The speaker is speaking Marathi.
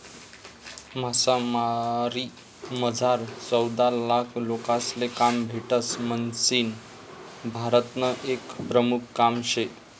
मासामारीमझार चौदालाख लोकेसले काम भेटस म्हणीसन भारतनं ते एक प्रमुख काम शे